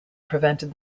prevented